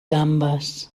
gambes